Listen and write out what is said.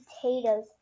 potatoes